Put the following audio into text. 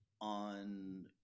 on